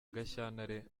gashyantare